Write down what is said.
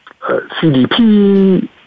CDP